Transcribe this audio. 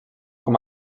com